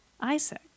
Isaac